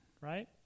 right